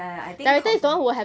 ya ya ya I think confirm